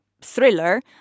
thriller